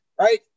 Right